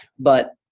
but